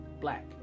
black